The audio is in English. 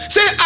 Say